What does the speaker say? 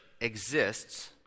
exists